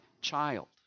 child